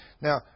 Now